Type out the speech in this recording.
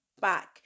back